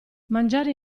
mangiare